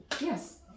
Yes